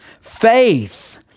faith